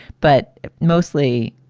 but mostly,